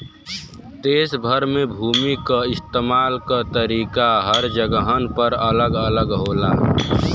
देस भर में भूमि क इस्तेमाल क तरीका हर जगहन पर अलग अलग होला